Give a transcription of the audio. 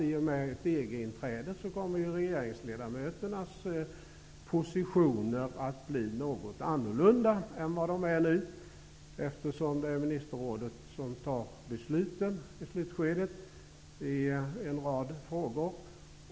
I och med ett EG-inträde kommer ju regeringsledamöternas positioner att bli något annorlunda än vad de är nu, eftersom det är ministerrådet som fattar besluten i slutskedet i en rad frågor.